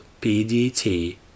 PDT